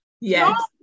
Yes